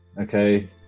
Okay